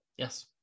Yes